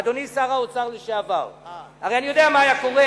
אדוני שר האוצר לשעבר, הרי אני יודע מה היה קורה